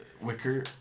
Wicker